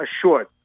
Assured